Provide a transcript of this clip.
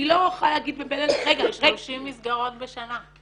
אני לא יכולה להגיד -- 30 מסגרות בשנה.